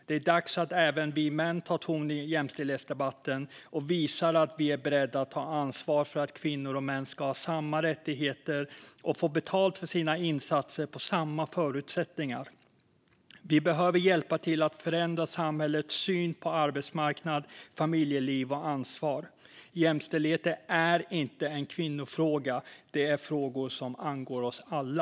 Det är dags att även vi män tar ton i jämställdhetsdebatten och visar att vi är beredda att ta ansvar för att kvinnor och män ska ha samma rättigheter och få betalt för sina insatser med samma förutsättningar. Vi behöver hjälpa till att förändra samhällets syn på arbetsmarknad, familjeliv och ansvar. Jämställdhet är inte en kvinnofråga. Detta är frågor som angår oss alla.